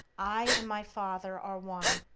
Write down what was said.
i and my father are one.